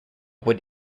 would